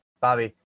bobby